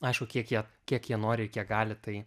aišku kiek jie kiek jie nori ir kiek gali tai